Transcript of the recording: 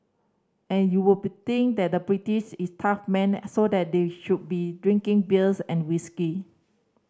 and you would be think that the British is tough men and so that they should be drinking beers and whisky